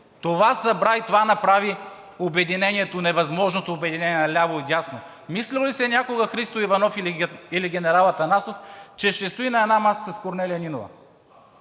Това събра и това направи обединението, невъзможното обединение на ляво и дясно. Мислил ли си е някога Христо Иванов или генерал Атанасов, че ще стои на една маса с Корнелия Нинова?